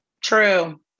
true